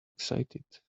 excited